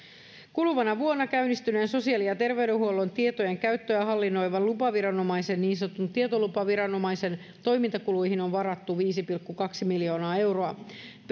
kuluvana vuonna käynnistyneen sosiaali ja terveydenhuollon tietojen käyttöä hallinnoivan lupaviranomaisen niin sanotun tietolupaviranomaisen toimintakuluihin on varattu viisi pilkku kaksi miljoonaa euroa